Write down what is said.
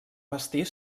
bastir